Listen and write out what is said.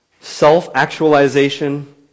Self-actualization